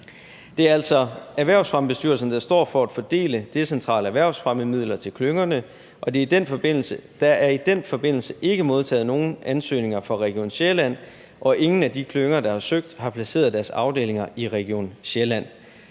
Det er altså Erhvervsfremmebestyrelsen, der står for at fordele decentrale erhvervsfremmemidler til klyngerne, og der er i den forbindelse ikke modtaget nogen ansøgninger fra Region Sjælland, og ingen af de klynger, der har søgt, har placeret deres afdelinger i Region Sjælland.